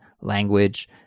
language